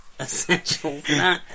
Essential